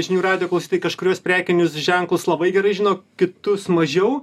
žinių radijo klausytojai kažkuriuos prekinius ženklus labai gerai žino kitus mažiau